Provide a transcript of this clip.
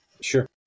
Sure